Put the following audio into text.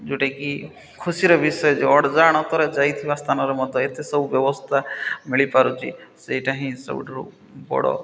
ଯେଉଁଟାକି ଖୁସିର ବିଷୟ ଯେ ଅଡ଼ଜାଣତରେ ଯାଇଥିବା ସ୍ଥାନରେ ମୋତେ ଏତେ ସବୁ ବ୍ୟବସ୍ଥା ମିଳିପାରୁଛି ସେଇଟା ହିଁ ସବୁଠାରୁ ବଡ଼